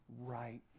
right